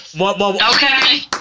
Okay